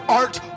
art